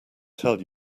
tell